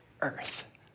earth